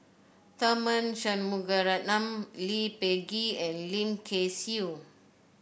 Tharman Shanmugaratnam Lee Peh Gee and Lim Kay Siu